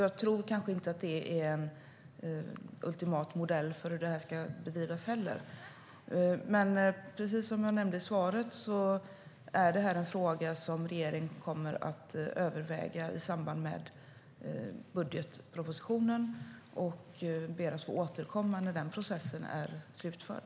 Jag tror kanske inte att det är en ultimat modell för trafikens bedrivande. Precis som jag nämnde i svaret är det här en fråga som regeringen kommer att överväga i samband med budgetpropositionen, så jag ber att få återkomma när den processen är slutförd.